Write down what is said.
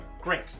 Great